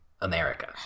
America